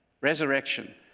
Resurrection